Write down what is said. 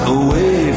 away